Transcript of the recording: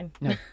No